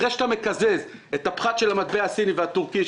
אחרי שאתה מקזז את הפחת של המטבע הסיני והטורקי,